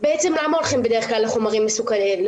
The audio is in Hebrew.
בעצם למה הולכים בדרך כלל לחומרים מסוכנים?